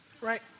Right